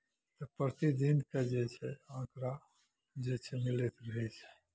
आ प्रतिदिनके जे छै आँकड़ा जे छै हम लिखि लै छियै